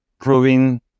proving